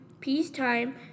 peacetime